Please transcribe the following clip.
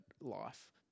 life